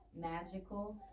magical